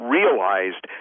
realized